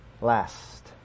last